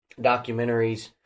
documentaries